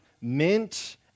mint